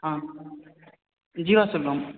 ஆ Jeeva செல்வம்